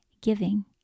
giving